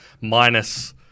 minus